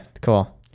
Cool